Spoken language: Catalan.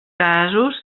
casos